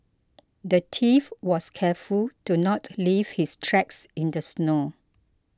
the thief was careful to not leave his tracks in the snow